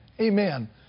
Amen